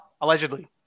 Allegedly